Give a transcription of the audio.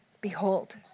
Behold